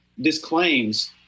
disclaims